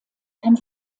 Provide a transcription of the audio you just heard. kann